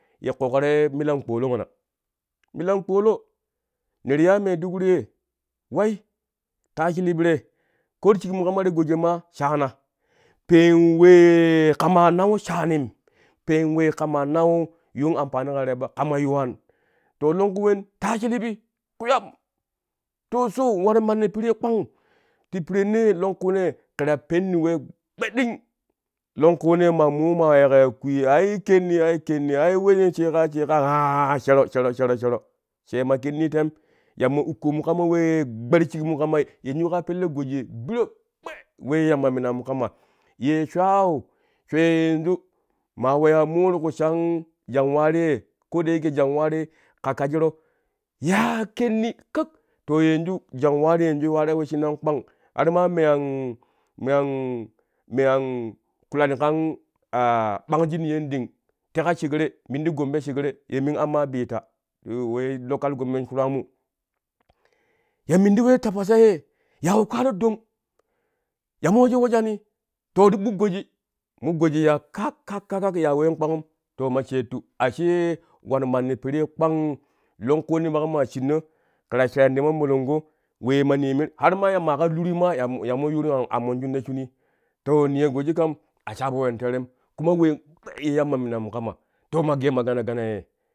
Ye ƙoƙaro ye milan kpolo mana, milan kpolo ne riya maiduguri, wai taa shilib te ko ti shikonu kama ti goji ye maa shaana peen wee kamai nau shaanim peen wee kama nau yuun ampani ka te bu kama yuwaan to longku wen taa shilibi kpiyam to so war manni pirii kpang ti pirenne longkunee kɛ ta pennu we gbe ɗeng longku wenee maa mo maa yiƙa ya kwee ya ai kenni ai kenni ai wemo she kaa she ka aa shero shero shero shema kennu tem yamma ukkomu kama wee gbe ti shiƙmu kamai yanju ka pelle goji ye biro gbe wee yamma minamu kama ye shweeu, shwee yenju me weyaa mo ti ku sha janwari ye ko da yake janwari ka kajiro yaa kenni kak to yanju janwari yanju yuwaro wesshinan kpang har ma me an me an me an kulani kaa ɓang shi niyon ɗing teƙa shekre min ti gombe shekre ye min ammaa bita ye we lokal gomment shuraamu ya min ti we tafasa ye ya we kaaro dom ya mo wejo wejani to ti ɓuk goji mo goji ya kak ka kak ya ween kpnagum to ma sheetu ashe war manni piri kpang longkunee maƙo maa shinno ke ta sheerani ti mamolongo we ma niyeme har ma ya ka lurui maa ya mo yuru yaan ammonjun ta shunii to niyo goji kam a sabo ween teerem kuma ween gbe ye yamma minamu kama gee ma gana gana ye.